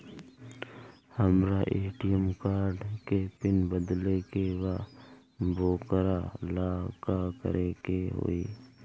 हमरा ATM card के PIN बदले के बा वोकरा ला का करे के होई?